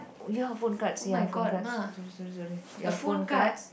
oh ya phone cards ya phone cards sorry sorry sorry ya phone cards